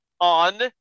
on